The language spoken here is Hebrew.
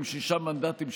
עם שישה מנדטים,